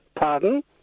Pardon